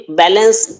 balance